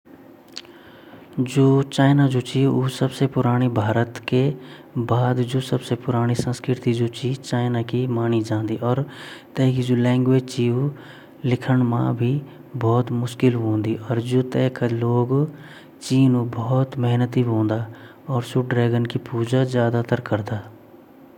चाइने जु संस्कृति छिन वेगु जु मौसम ची उ भारत से मिल्दु-जुल्दु ची पर वखा लोग हमसे ज़रा कदा छोटा वोन आंखा भी छोटी -छोटी वोन्दि अर आँख छोटी वोन पर उना दिमाग भोत तेज़ ची भारता बाद सबसे पुराणी संस्कृति चीने ची अर चीन मा क्या ची बुद्ध भगवाने पूजा कन ऊ लोग जन हमा भगवान् राम कृष्ण ची उ बुद्ध की पूजा कन.